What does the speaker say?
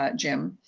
ah jim,